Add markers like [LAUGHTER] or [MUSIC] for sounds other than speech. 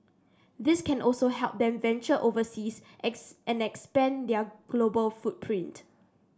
this can also help them venture overseas [UNINTELLIGIBLE] and expand their global footprint